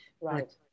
Right